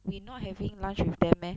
we not having lunch with them meh